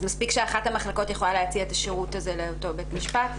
אז מספיק שאחת המחלקות יכולה להציע את השירות הזה לאותו בית משפט?